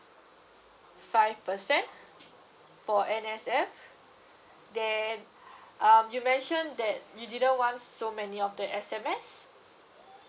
five percent for N_S_F then um you mentioned that you didn't want so many of the S_M_S